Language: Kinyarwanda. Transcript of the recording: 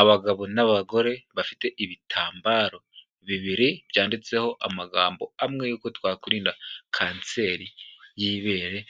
Abagabo n'abagore bafite ibitambaro bibiri byanditseho amagambo amwe y'uko twakuririnda kanseri y'ibere,